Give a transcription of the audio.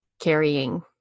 carrying